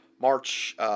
March